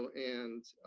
and